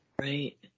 Right